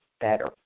better